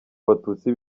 abatutsi